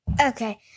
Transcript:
Okay